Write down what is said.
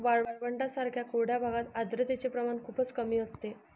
वाळवंटांसारख्या कोरड्या भागात आर्द्रतेचे प्रमाण खूपच कमी असते